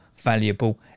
Valuable